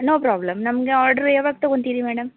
no problem ನಮ್ಗೆ order ಯಾವಾಗ ತಗೊತೀರಿ ಮೇಡಮ್